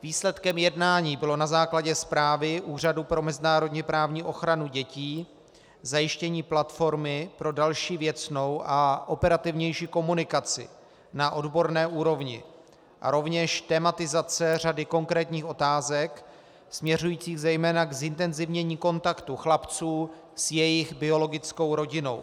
Výsledkem jednání bylo na základě zprávy Úřadu pro mezinárodněprávní ochranu dětí zajištění platformy pro další věcnou a operativnější komunikaci na odborné úrovni a rovněž tematizace řady konkrétních otázek směřujících zejména k zintenzivnění kontaktů chlapců s jejich biologickou rodinou.